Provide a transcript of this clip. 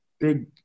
big